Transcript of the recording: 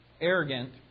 arrogant